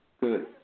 Good